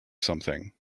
something